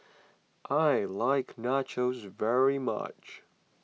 I like Nachos very much